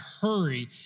hurry